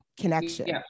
connection